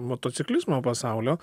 motociklizmo pasaulio